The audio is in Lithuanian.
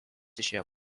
išėjo